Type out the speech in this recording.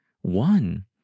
One